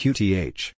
Qth